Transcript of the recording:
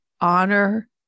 honor